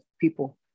people